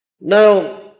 Now